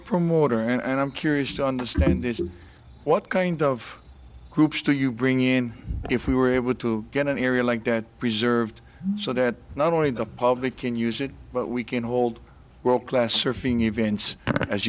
promoter and i'm curious to understand this what kind of groups do you bring in if we were able to get an area like that preserved so that not only the public can use it but we can hold well class surfing events as